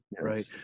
right